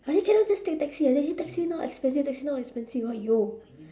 I mean why cannot just take taxi she say taxi now expensive taxi now expensive !aiyo!